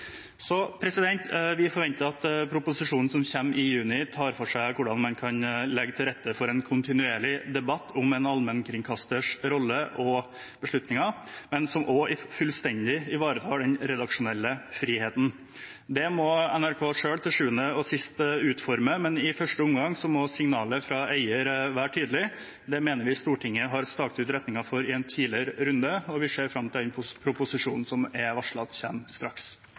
Vi forventer at proposisjonen som kommer i juni, tar for seg hvordan man kan legge til rette for en kontinuerlig debatt om en allmennkringkasters rolle og beslutninger, som også fullstendig ivaretar den redaksjonelle friheten. Dette må NRK selv til syvende og sist utforme, men i første omgang må signalet fra eieren være tydelig. Det mener vi Stortinget har staket ut retningen for i en tidligere runde, og vi ser fram til proposisjonen, som er varslet å komme straks.